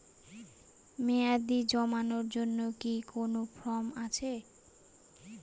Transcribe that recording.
মেয়াদী জমানোর জন্য কি কোন ফর্ম আছে?